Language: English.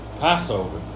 Passover